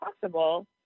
possible